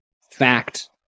fact